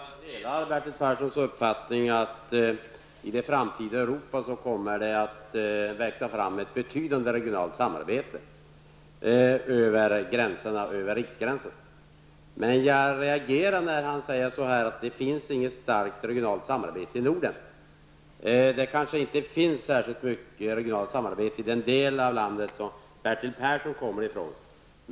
Herr talman! Jag delar Bertil Perssons uppfattning att det i det framtida Europa kommer att växa fram ett betydande regionalt samarbete över riksgränserna. Men jag reagerar när han säger att det inte finns något regionalt samarbete i Norden. Det kanske inte finns mycket av regionalt samarbete i den del av landet som Bertil Persson kommer från.